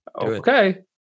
Okay